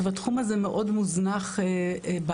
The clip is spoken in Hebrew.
התחום הזה מאוד מוזנח בארץ.